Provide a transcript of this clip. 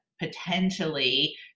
Potentially